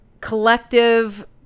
collective